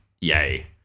yay